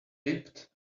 dipped